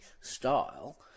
style